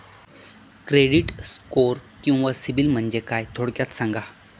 Credit score किंवा सिबिल म्हणजे काय? थोडक्यात सांगा